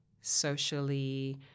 socially